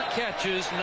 catches